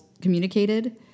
communicated